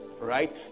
right